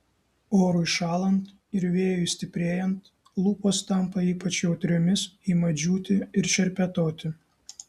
orui šąlant ir vėjui stiprėjant lūpos tampa ypač jautriomis ima džiūti ir šerpetoti